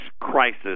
crisis